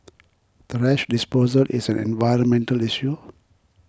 thrash disposal is an environmental issue